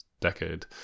decade